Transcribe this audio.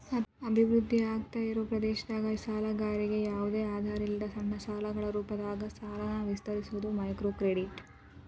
ಅಭಿವೃದ್ಧಿ ಆಗ್ದಾಇರೋ ಪ್ರದೇಶದಾಗ ಸಾಲಗಾರರಿಗಿ ಯಾವ್ದು ಆಧಾರಿಲ್ಲದ ಸಣ್ಣ ಸಾಲಗಳ ರೂಪದಾಗ ಸಾಲನ ವಿಸ್ತರಿಸೋದ ಮೈಕ್ರೋಕ್ರೆಡಿಟ್